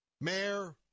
Mayor